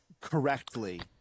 correctly